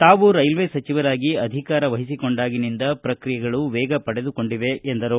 ತಾವು ರೈಲ್ವೆ ಸಚಿವರಾಗಿ ಅಧಿಕಾರ ವಹಿಸಿಕೊಂಡಾಗಿನಿಂದ ಪ್ರಕ್ರಿಯೆಗಳು ವೇಗ ಪಡೆದುಕೊಂಡಿವೆ ಎಂದರು